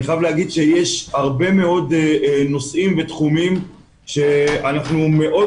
אני חייב להגיד שיש הרבה מאוד נושאים ותחומים שאנחנו מאוד